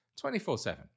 24-7